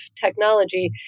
technology